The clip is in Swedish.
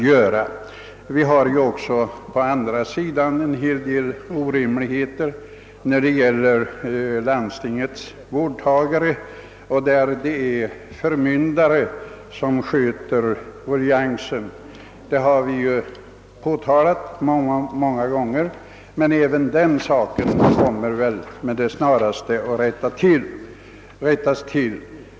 Man är ju nu också på väg att rätta till det. Även när det gäller landstingets vårdtagare har vi en del orimligheter. Där är det förmyndare som sköter verksamheten. Det systemet har vi påtalat många gånger. Även den saken kommer väl snart att rättas till.